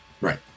right